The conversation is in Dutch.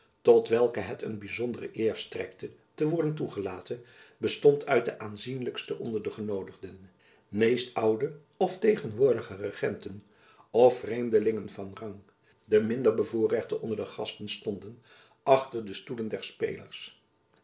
musch welke het een byzondere eer strekte te worden toegelaten bestond uit de aanzienlijksten onder de genoodigden meest oude of tegenwoordige regenten of vreemdelingen van rang de minder bevoorrechte onder de gasten stonden achter de stoelen der spelers